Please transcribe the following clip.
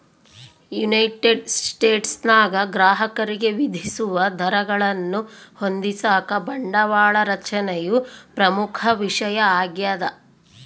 United ಸ್ಟೇಟ್ಸ್ನಾಗ ಗ್ರಾಹಕರಿಗೆ ವಿಧಿಸುವ ದರಗಳನ್ನು ಹೊಂದಿಸಾಕ ಬಂಡವಾಳ ರಚನೆಯು ಪ್ರಮುಖ ವಿಷಯ ಆಗ್ಯದ